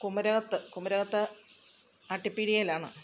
കുമരകത്ത് കുമരകത്ത് അട്ടിപ്പീടിയേലാണ്